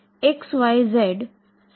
તે શોધવું છે